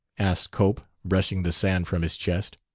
asked cope, brushing the sand from his chest.